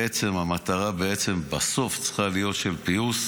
שהמטרה בסוף צריכה להיות של פיוס